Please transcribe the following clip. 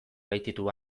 baititu